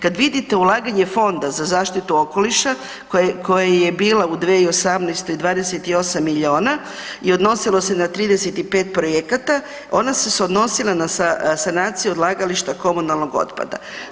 Kad vidite ulaganje Fonda za zaštitu okoliša koja je bila u 2018. 28 milijuna i odnosilo se na 35 projekata, ona se odnosila na sanaciju odlagališta komunalnog otpada.